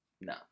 No